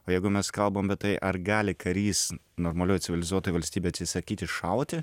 o jeigu mes kalbam apie tai ar gali karys normalioj civilizuotoj valstybėj atsisakyti šauti